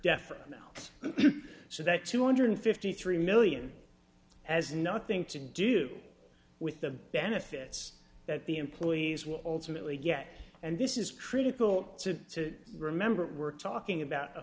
definitely so that two hundred and fifty three million has nothing to do with the benefits that the employees will ultimately get and this is critical to remember we're talking about